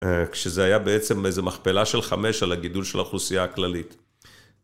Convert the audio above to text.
כשזה היה בעצם איזו מכפלה של חמש על הגידול של האוכלוסייה הכללית.